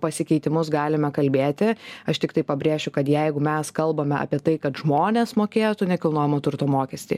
pasikeitimus galime kalbėti aš tiktai pabrėšiu kad jeigu mes kalbame apie tai kad žmonės mokėtų nekilnojamo turto mokestį